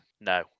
No